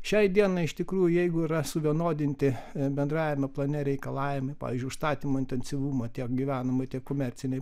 šiai dienai iš tikrųjų jeigu yra suvienodinti bendrajame plane reikalavimai pavyzdžiui užstatymo intensyvumo tiek gyvenamojo tiek komercinei